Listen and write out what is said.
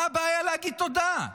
מה הבעיה להגיד תודה?